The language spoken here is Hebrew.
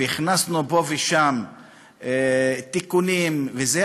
והכנסנו פה ושם תיקונים וזה,